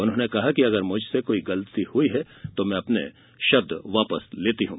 उन्होंने कहा कि मुझसे अगर कोई गलती हुई है तो मैं अपने शब्द वापस लेती हूं